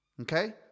Okay